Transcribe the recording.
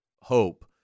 hope